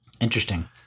Interesting